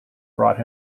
brought